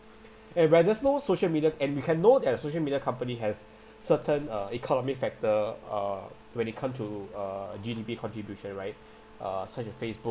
and when there is no social media and we can know that social media company has certain uh economic factor uh when it come to uh G_D_P contribution right uh such as facebook